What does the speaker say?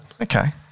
Okay